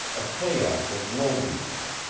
a chaos of loneliness,